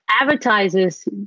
advertisers